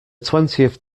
twentieth